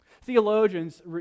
Theologians